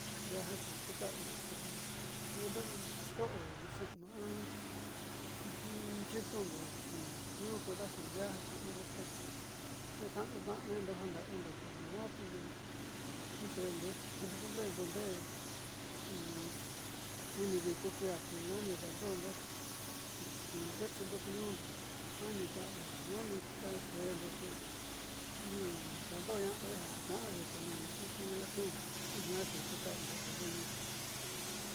Tenu tequiu tenu xeetniiñundo a naj ku trabajo xede ko ndiaando daanitna'ando tniinuu xede ja tniinuu ñuun jiaa ku tequio ja yedendo ndiaando ja kundo vecino da'a ñuun nani jiaa ndiaa jiaa ku kuta'avindo tedi kundo in to'o nuuxe'enu a xiikundo in tniiñuu kadajdi ndiaa jiaa ku in respeto xe'eka'anu mendo jan nda'avindo kodi nuaá te nixeendo ja c plindo ndeé uni diko kui'ia te nuua ni daando'ondo kunukueexindo ku ñuundo nuaa ni ka keendo ni dan doona'ade ja ka'ade jaku jubilación ju jiaa ku kuta'avindo ja kundo ñuun.